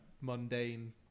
mundane